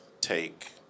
take